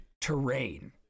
terrain